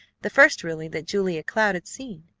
the first, really, that julia cloud had seen.